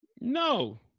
No